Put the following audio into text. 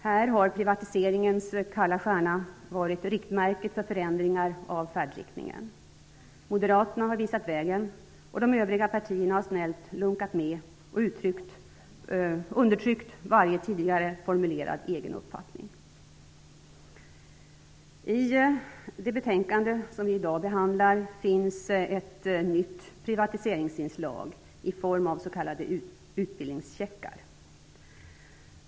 Här har privatiseringens kalla stjärna varit riktmärket för förändringar av färdriktningen. Moderaterna har visat vägen, och de övriga partierna har snällt lunkat med och undertryckt varje tidigare formulerad egen uppfattning. I det betänkande som vi i dag behandlar finns det ett nytt privatiseringsinslag i form av s.k. utbildningscheckar.